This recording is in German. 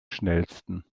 schnellsten